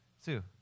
Sue